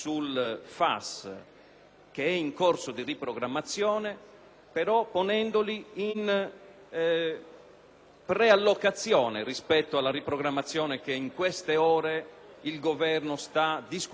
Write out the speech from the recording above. preallocazione rispetto alla riprogrammazione che in queste ore il Governo sta discutendo con le Regioni e che nella giornata di domani sarà oggetto della discussione e della decisione del CIPE.